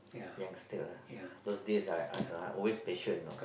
youngster lah those days ah I ask ah always patience you know